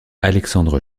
alexandre